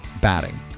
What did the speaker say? batting